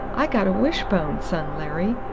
i got a wish-bone! sung larry,